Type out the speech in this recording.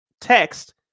text